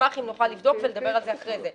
אשמח אם נוכל לבדוק ולדבר על זה אחרי זה.